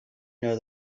know